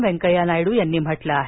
वेंकय्या नायडू यांनी म्हटलं आहे